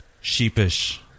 sheepish